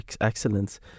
excellence